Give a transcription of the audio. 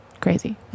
Crazy